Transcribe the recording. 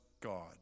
God